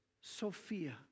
Sophia